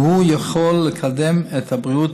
והוא יכול לקדם את הבריאות.